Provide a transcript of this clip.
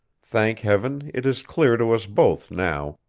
thank heaven it is clear to us both now.